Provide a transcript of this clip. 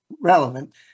relevant